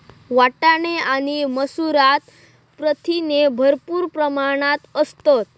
वाटाणे आणि मसूरात प्रथिने भरपूर प्रमाणात असतत